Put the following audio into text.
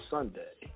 Sunday